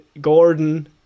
Gordon